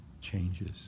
changes